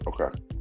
Okay